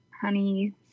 honey